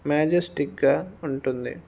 మ్యాజెస్టిక్గా ఉంటుంది